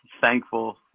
thankful